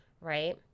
right